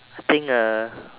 I think a